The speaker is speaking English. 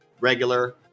regular